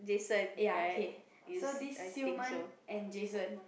ya okay so this Xi Men and Jason